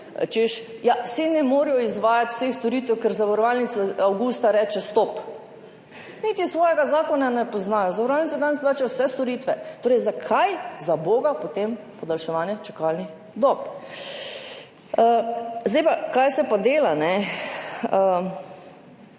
češ, ja, saj ne morejo izvajati vseh storitev, ker zavarovalnica avgusta reče stop. Niti svojega zakona ne poznajo! Zavarovalnice danes plačajo vse storitve. Zakaj zaboga torej potem podaljševanje čakalnih dob? Zdaj pa, kaj se pa dela.